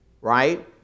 right